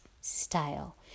style